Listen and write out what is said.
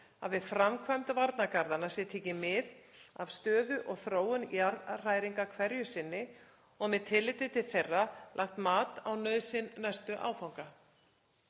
að við framkvæmd varnargarðanna sé tekið mið af stöðu og þróun jarðhræringa hverju sinni og með tilliti til þeirra lagt mat á nauðsyn næstu áfanga.